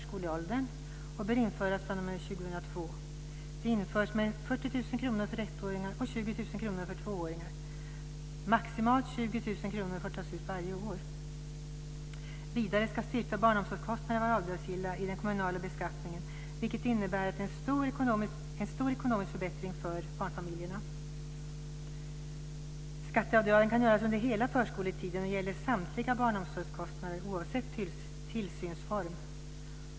Så här ser paketet ut: Vidare ska styrkta barnomsorgskostnader vara avdragsgilla i den kommunala beskattningen, vilket innebär en stor ekonomisk förbättring för barnfamiljerna. Skatteavdragen kan göras under hela förskoletiden och gäller samtliga barnomsorgskostnader oavsett tillsynsform.